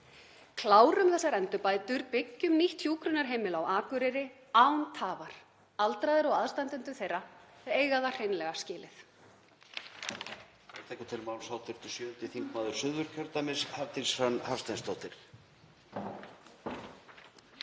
Klárum þessar endurbætur, byggjum nýtt hjúkrunarheimili á Akureyri án tafar. Aldraðir og aðstandendur þeirra eiga það hreinlega skilið.